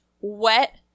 wet